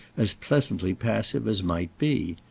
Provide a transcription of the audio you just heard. as pleasantly passive as might be.